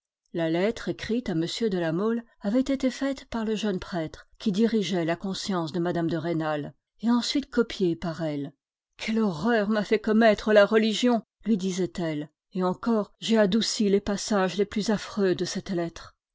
la lettre écrite à m de la mole avait été faite par le jeune prêtre qui dirigeait la conscience de mme de rênal et ensuite copiée par elle quelle horreur m'a fait commettre la religion lui disait-elle et encore j'ai adouci les passages les plus affreux de cette lettre